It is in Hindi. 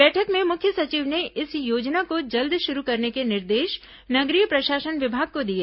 बैठक में मुख्य सचिव ने इस योजना को जल्द शुरू करने के निर्देश नगरीय प्रशासन विभाग को दिए